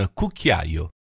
cucchiaio